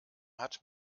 hat